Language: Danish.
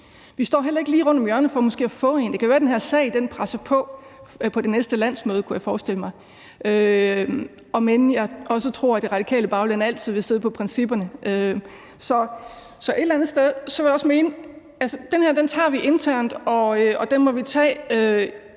måske heller ikke lige rundt om hjørnet med at få en. Det kan være, at den her sag presser på på det næste landsmøde – det kunne jeg forestille mig, om end jeg også tror, at det radikale bagland altid vil sidde på principperne. Så et eller andet sted vil jeg også mene, at den her tager vi internt, og den må vi tage